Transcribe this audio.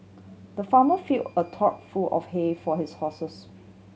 the farmer filled a trough full of hay for his horses